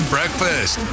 Breakfast